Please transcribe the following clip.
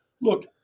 look